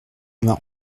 vingt